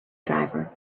driver